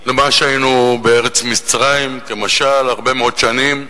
של מה שהיינו בארץ מצרים, כמשל, הרבה מאוד שנים.